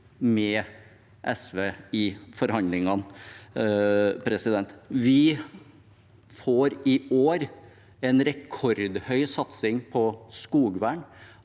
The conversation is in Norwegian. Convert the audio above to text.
med SV i forhandlingene. Vi får i år en rekordhøy satsing på skogvern.